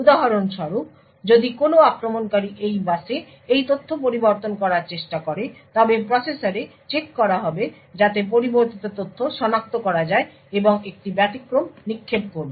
উদাহরণস্বরূপ যদি কোনও আক্রমণকারী এই বাসে এই তথ্য পরিবর্তন করার চেষ্টা করে তবে প্রসেসরে চেক করা হবে যাতে পরিবর্তিত তথ্য সনাক্ত করা যায় এবং একটি ব্যতিক্রম নিক্ষেপ করবে